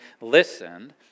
listened